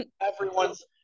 everyone's